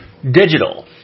digital